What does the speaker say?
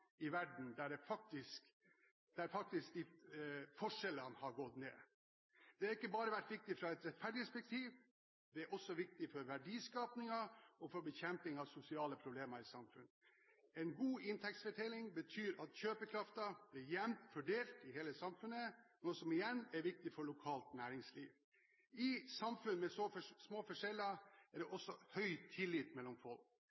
i verden der forskjellene faktisk har blitt mindre. Dette er ikke bare viktig ut fra et rettferdighetsperspektiv, det er også viktig for verdiskapningen og for bekjempelse av sosiale problemer i samfunnet. En god inntektsfordeling betyr at kjøpekraften blir jevnt fordelt i hele samfunnet, noe som igjen er viktig for lokalt næringsliv. I samfunn med små forskjeller er det også høy tillit mellom folk.